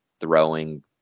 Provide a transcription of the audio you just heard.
throwing